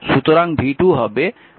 সুতরাং v2 হবে 6i